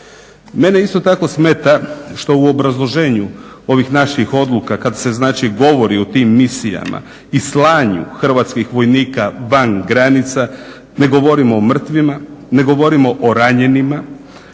Mene isto tako smeta što u obrazloženju ovih naših odluka kada se znači govori o tim misijama i slanju hrvatskih vojnika van granica, ne govorimo o mrtvima, ne govorimo o ranjenima,